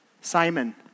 Simon